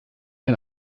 ein